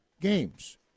games